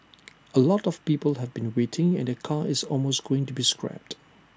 A lot of people have been waiting and their car is almost going to be scrapped